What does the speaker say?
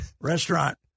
restaurant